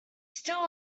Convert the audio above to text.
steel